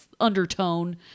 undertone